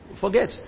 Forget